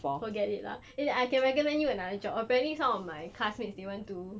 forget it lah I I can recommend you another job apparently some of my classmates they went to